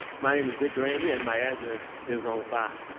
my name is victor angry, and my address is on file.